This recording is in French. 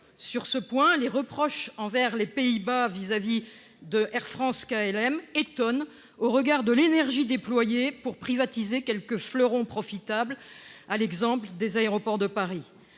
Sur ce point, les reproches faits aux Pays-Bas pour leur attitude envers Air France-KLM étonnent au regard de l'énergie déployée pour privatiser quelques fleurons profitables, par exemple Aéroports de Paris.